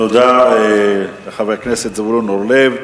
תודה לחבר הכנסת זבולון אורלב.